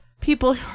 people-